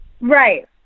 Right